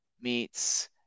meets